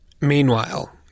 Meanwhile